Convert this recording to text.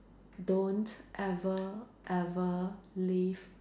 don't ever ever leave